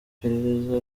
iperereza